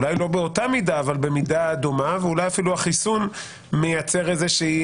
אולי לא באותה מידה אבל במידה דומה ואולי אפילו החיסון מייצר איזושהי